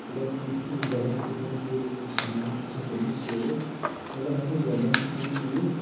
اَگر کٲنسہِ کیٚنہہ گۄبان چھُ کانہہ چیٖز سَامان چھُ آسان تُلمُت سۭتۍ اَگر ہسا گۄبَان چھُ کانہہ چیٖز